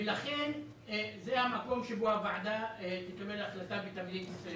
ולכן, זה המקום שבו הוועדה תקבל החלטה ותמליץ .